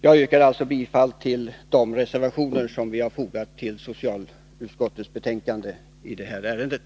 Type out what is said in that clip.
Jag yrkar än en gång bifall till de reservationer som vi har fogat till socialutskottets betänkande i det här ärendet.